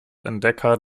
entdecker